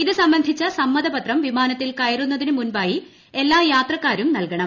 ഇത് സംബന്ധിച്ച സമ്മതപത്രം വിമാനത്തിൽ കയറുന്നതിനു മുൻപായി എല്ലാ യാത്രക്കാരും നൽകണം